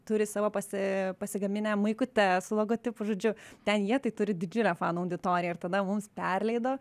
turi savo pasi pasigaminę maikutes su logotipu žodžiu ten jie tai turi didžiulę fanų auditoriją ir tada mums perleido